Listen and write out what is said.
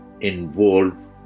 involve